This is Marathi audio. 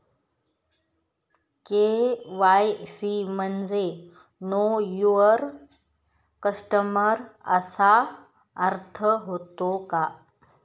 के.वाय.सी म्हणजे नो यूवर कस्टमर असा अर्थ होतो का?